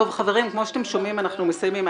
טוב חברים כמו שאתם שומעים אנחנו מסיימים.